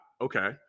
okay